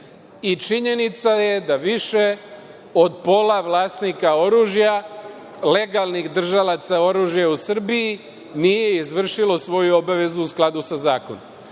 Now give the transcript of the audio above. i činjenica je da više od pola vlasnika oružja, legalnih držalaca oružja u Srbiji, nije izvršilo svoju obavezu u skladu sa zakonom.